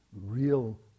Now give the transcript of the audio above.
real